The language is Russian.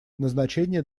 назначения